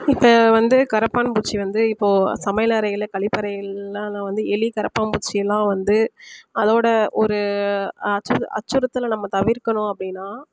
இப்போ வந்து கரப்பான் பூச்சி வந்து இப்போது சமையல் அறையில் கழிப்பறையில்லாம் வந்து எலி கரப்பான்பூச்சி எல்லாம் வந்து அதோட ஒரு அச்சுறுத்தலை நம்ம தவிர்க்கணும் அப்படின்னா